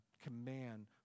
command